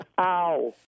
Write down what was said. Ow